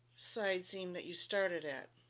side seam that you started at,